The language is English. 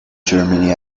germany